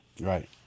Right